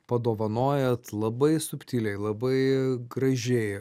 padovanojat labai subtiliai labai gražiai